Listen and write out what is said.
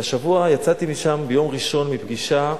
השבוע יצאתי משם ביום ראשון מפגישה,